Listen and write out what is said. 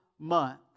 month